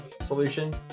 solution